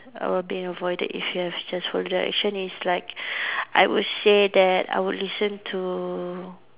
I will being avoided if you have just follow the direction it's like I would say that I would listen to